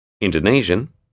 Indonesian